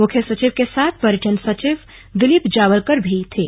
मुख्य सचिव के साथ पर्यटन सचिव दिलीप जावलकर भी थे